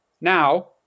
Now